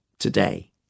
Today